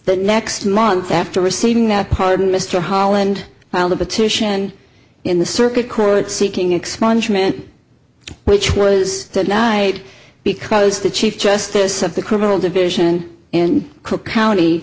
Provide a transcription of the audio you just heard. the next month after receiving that pardon mr holland filed a petition in the circuit court seeking expungement which was denied because the chief justice of the criminal division in cook county